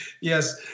Yes